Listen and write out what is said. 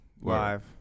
Live